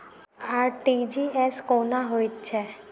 RTGS कोना होइत छै?